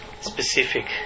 specific